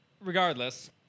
regardless